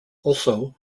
also